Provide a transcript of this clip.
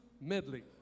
Medley